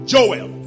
Joel